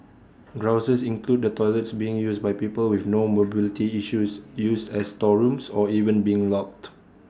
grouses include the toilets being used by people with no mobility issues used as storerooms or even being locked